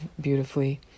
beautifully